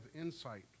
insight